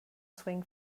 swing